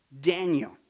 Daniel